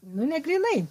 nu ne grynai